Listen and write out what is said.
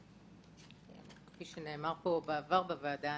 כפי שנאמר בעבר בוועדה,